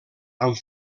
amb